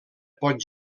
pot